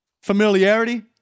familiarity